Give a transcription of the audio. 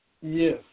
Yes